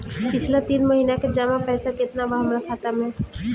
पिछला तीन महीना के जमा पैसा केतना बा हमरा खाता मे?